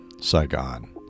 Saigon